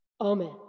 amen